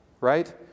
right